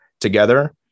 together